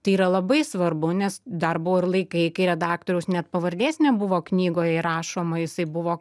tai yra labai svarbu nes dar buvo ir laikai kai redaktoriaus net pavardės nebuvo knygoj įrašoma jisai buvo